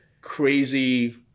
crazy